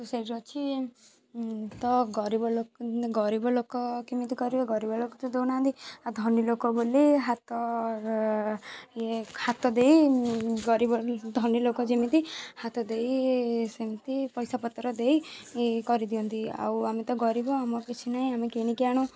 ସୋସାଇଟର ଅଛି ତ ଗରିବ ଲୋକ ଗରିବ ଲୋକ କେମିତି କରିବ ଗରିବ ଲୋକ ତ ଦେଉନାହାନ୍ତି ଆଉ ଧନୀ ଲୋକ ବୋଲି ହାତ ଇଏ ହାତ ଦେଇ ଗରିବ ଧନୀ ଲୋକ ଯେମିତି ହାତ ଦେଇ ସେମିତି ପଇସାପତ୍ର ଦେଇ କରିଦିଅନ୍ତି ଆଉ ଆମେ ତ ଗରିବ ଆମର କିଛି ନାହିଁ ଆମେ କିଣିକି ଆଣୁ